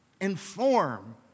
inform